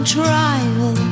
trial